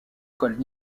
col